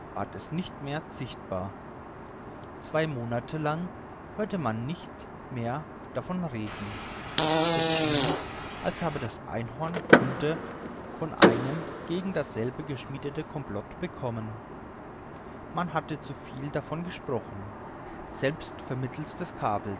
es nicht mehr sichtbar zwei monate lang hörte man nicht mehr davon reden es schien als habe das einhorn kunde von einem gegen dasselbe geschmiedeten complot bekommen man hatte zu viel davon gesprochen selbst vermittelst